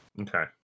Okay